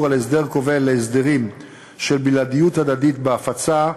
על הסדר כובל להסדרים של בלעדיות הדדית בהפצה,